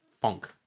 funk